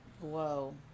Whoa